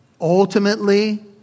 Ultimately